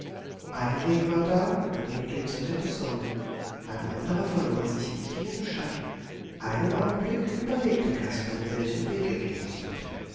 ein weg war da über den glitzerte die sonne ein anderer verlor sich im tiefen schatten einen augenblick überlegte kasperle welchen weg er gehen sollte